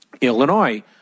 Illinois